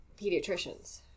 pediatricians